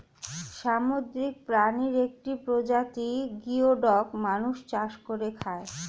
সামুদ্রিক প্রাণীর একটি প্রজাতি গিওডক মানুষ চাষ করে খায়